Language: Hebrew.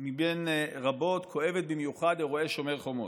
מבין רבות, כואבת במיוחד, אירועי שומר חומות.